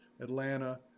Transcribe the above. Atlanta